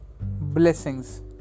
blessings